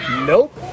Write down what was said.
Nope